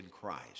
Christ